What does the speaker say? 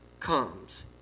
comes